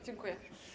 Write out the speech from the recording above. Dziękuję.